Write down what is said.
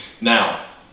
Now